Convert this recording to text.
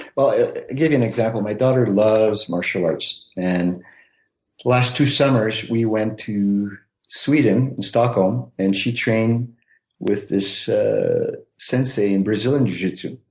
i'll give you an example. my daughter loves martial arts. the and last two summers we went to sweden in stockholm and she trained with this sensei in brazilian jiu-jitsu.